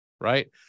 Right